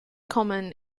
common